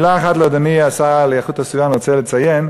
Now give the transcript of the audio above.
מילה אחת לאדוני השר לאיכות הסביבה: אני רוצה לציין